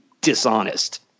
dishonest